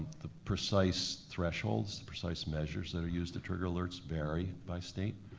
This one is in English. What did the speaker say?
the precise thresholds, the precise measures that are used to trigger alerts vary by state.